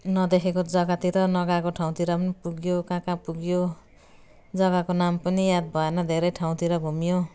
नदेखेको जग्गातिर नगएको ठाउँतिर पनि पुगियो कहाँ कहाँ पुगियो जग्गाको नाम पनि याद भएन धेरै ठाउँतिर घुमियो